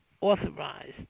authorized